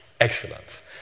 excellence